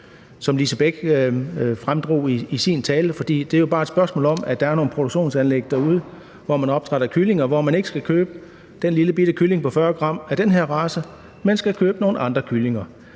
Lise Bech fremdrog i sin tale, for det er jo bare et spørgsmål om, at der er nogle produktionsanlæg derude, som opdrætter kyllinger, og hvor man ikke skal købe den lillebitte kylling af den her race på 40 g, men skal købe nogle andre kyllinger